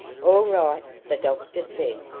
all right! the doctor said.